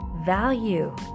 Value